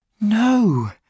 no